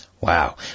Wow